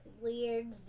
weird